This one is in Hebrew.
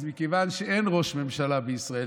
אז מכיוון שאין ראש ממשלה בישראל,